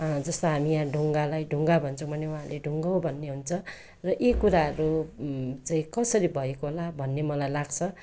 जस्तो हामी यहाँ ढुङ्गालाई ढुङ्गा भन्छौँ भने उहाँले ढुङ्गो भन्नुहुन्छ र यी कुराहरू चाहिँ कसरी भएको होला भन्ने मलाई लाग्छ